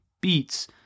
beats